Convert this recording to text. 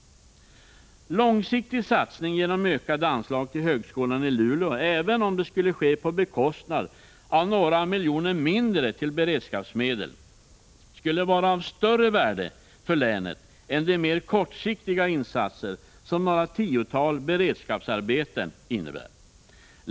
Långsiktig satsning genom ökade anslag till högskolan i Luleå, även om det skulle ske på bekostnad av några miljoner mindre till beredskapsmedel, skulle vara av större värde för länet än de mer kortsiktiga insatser som några tiotal beredskapsarbeten innebär.